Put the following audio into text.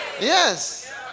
Yes